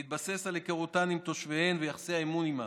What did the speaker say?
בהתבסס על היכרותן עם תושביהן ויחסי האמון עימם,